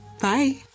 Bye